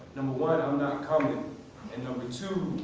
one, i'm not comin' and number two,